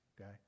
okay